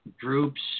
groups